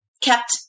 kept